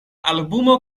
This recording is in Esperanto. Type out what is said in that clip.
albumo